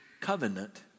covenant